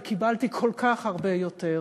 וקיבלתי כל כך הרבה יותר,